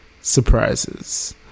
surprises